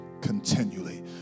continually